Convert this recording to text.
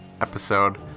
episode